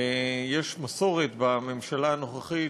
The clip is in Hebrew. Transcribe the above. יש מסורת בממשלה הזאת,